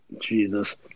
Jesus